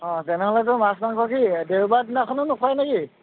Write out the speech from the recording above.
অঁ তেনেহ'লেতো মাছ মাংস কি দেওবাৰ দিনাখনো নোখোৱাই নেকি